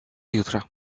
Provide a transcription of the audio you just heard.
jutra